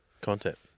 content